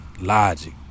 logic